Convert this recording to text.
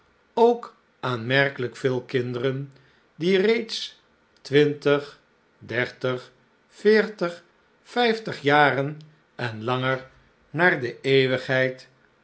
ook aanmerkelijk veel kinderen die reeds twintig dertig veertig vijftig jaren en langer naar de eeuwigheid